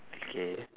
okay